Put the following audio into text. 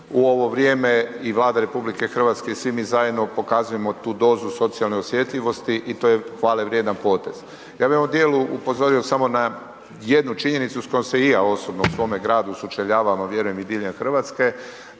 u ovo vrijeme. I Vlada RH i svi mi zajedno pokazujemo tu dozu socijalne osjetljivosti i to je hvale vrijedan potez. Ja bi u ovom dijelu upozorio samo na jednu činjenicu s kojom se i ja osobno u svome gradu sučeljavam, a vjerujem i diljem Hrvatske.